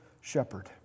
shepherd